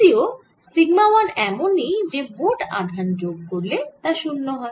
যদিও সিগমা 1 এমনই যে মোট আধান যোগ করলে তা 0 হয়